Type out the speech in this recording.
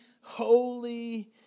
holy